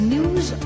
News